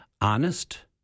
honest